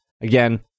Again